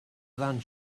than